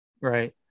Right